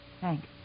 Thanks